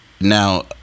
Now